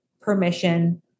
Permission